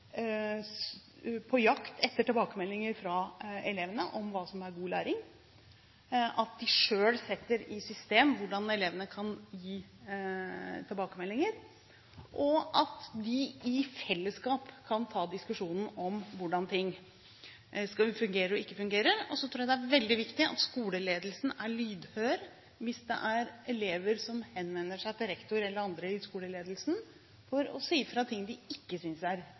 på jakt etter tilbakemeldinger fra elevene om hva som er god læring, at de selv setter i system hvordan elevene kan gi tilbakemeldinger, og at de i fellesskap kan ta diskusjonen om hvordan ting skal fungere og ikke fungere. Så tror jeg det er veldig viktig at skoleledelsen er lydhør hvis det er elever som henvender seg til rektor eller andre i skoleledelsen for å si fra om ting de ikke synes er